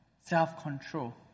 self-control